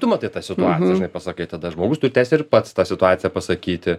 tu matai tą situaciją žinai pasakai tada žmogus turi teisę ir pats tą situaciją pasakyti